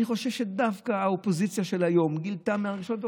אני חושב שדווקא האופוזיציה של היום גילתה מהרגע הראשון,